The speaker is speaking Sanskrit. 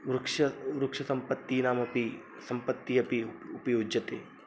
वृक्षः वृक्षसम्पत्तीनामपि सम्पत्तिः अपि उपयुज्यते